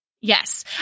Yes